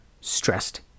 stressed